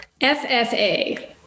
FFA